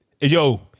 Yo